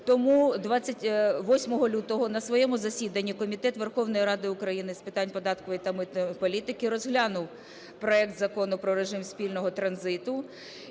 Тому 28 лютого на своєму засіданні Комітет Верховної Ради України з питань податкової та митної політики розглянув проект Закону про режим спільного транзиту,